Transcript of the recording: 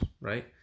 right